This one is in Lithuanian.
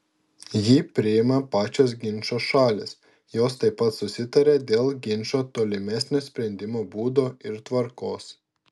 jį priima pačios ginčo šalys jos taip pat susitaria dėl ginčo tolimesnio sprendimo būdo ir tvarkos